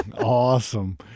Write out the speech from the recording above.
Awesome